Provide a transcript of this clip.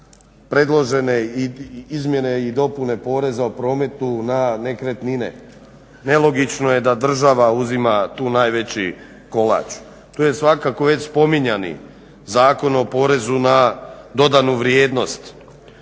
predložene izmjene i dopune poreza o prometu na nekretnine. Nelogično je da država uzima tu najveći kolač. Tu je svakako već spominjani Zakon o PDV-u gdje